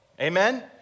Amen